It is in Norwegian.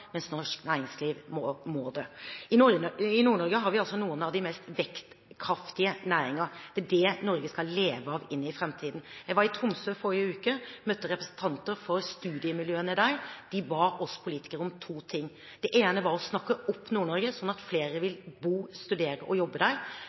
mens norsk næringsliv må det. I Nord-Norge har vi noen av de mest vekstkraftige næringene, det er det Norge skal leve av i framtiden. Jeg var i Tromsø forrige uke, og møtte representanter for studiemiljøene der. De ba oss politikere om to ting. Det ene var å snakke opp Nord-Norge, slik at flere vil